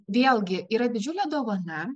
vėlgi yra didžiulė dovana